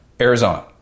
Arizona